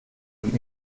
und